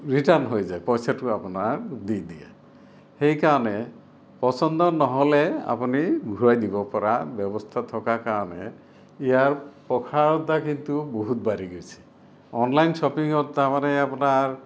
return হৈ যায় পইচাটো আপোনাৰ দি দিয়ে সেইকাৰণে পছন্দ নহ'লে আপুনি ঘূৰাই দিব পৰা ব্যৱস্থা থকাৰ কাৰণে ইয়াৰ প্ৰসাৰতা কিন্তু বহুত বাঢ়ি গৈছে অনলাইন শ্বপিংত তাৰমানে আপোনাৰ